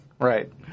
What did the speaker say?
Right